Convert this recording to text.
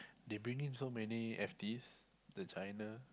they bring in so many F_Ts the China